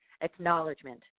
acknowledgement